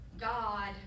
God